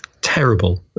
terrible